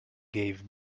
gave